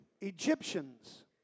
Egyptians